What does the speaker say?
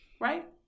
right